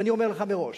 ואני אומר לך מראש,